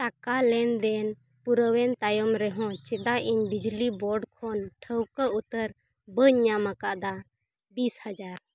ᱴᱟᱠᱟ ᱞᱮᱱᱫᱮᱱ ᱯᱩᱨᱟᱹᱣᱮᱱ ᱛᱟᱭᱚᱢ ᱨᱮᱦᱚᱸ ᱪᱮᱫᱟᱜ ᱤᱧ ᱵᱤᱡᱽᱞᱤ ᱵᱳᱨᱰ ᱠᱷᱚᱱ ᱴᱷᱟᱹᱣᱠᱟᱹ ᱩᱛᱟᱹᱨ ᱵᱟᱹᱧ ᱧᱟᱢᱟᱠᱟᱫᱟ ᱵᱤᱥ ᱦᱟᱡᱟᱨ